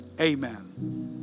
amen